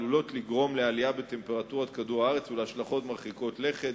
עלולות לגרום לעלייה בטמפרטורת כדור-הארץ ולהשלכות מרחיקות לכת,